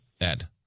Ed